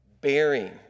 bearing